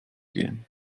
gehen